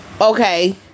Okay